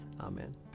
Amen